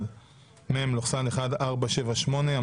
(מ/1478) אנחנו נעבור כעת על פי סדר-היום